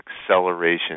acceleration